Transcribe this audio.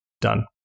Done